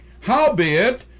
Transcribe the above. Howbeit